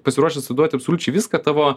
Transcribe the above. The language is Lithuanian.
pasiruošęs atiduoti absoliučiai viską tavo